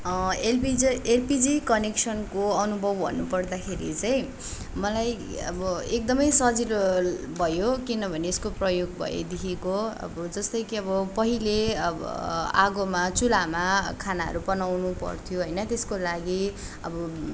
एलपिजे LPG कनेक्सनको अनुभव भन्नु पर्दाखेरि चाहिँ मलाई अब एकदमै सजिलो भयो किनभने यसको प्रयोग भएदेखिको अब जस्तै कि अब पहिले अब आगोमा चुल्हामा खानाहरू बनाउनुपर्थ्यो होइन त्यसको लागि अब